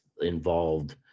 involved